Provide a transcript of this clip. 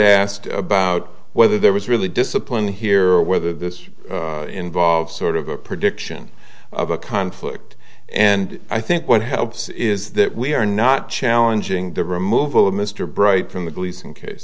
asked about whether there was really discipline here whether this involves sort of a prediction of a conflict and i think what helps is that we are not challenging the removal of mr bright from the gleason case